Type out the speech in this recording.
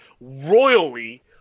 royally